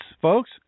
folks